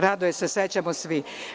Rado je se sećamo svi.